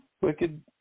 Wicked